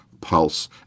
pulse